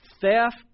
theft